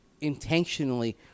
intentionally